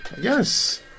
yes